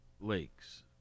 lakes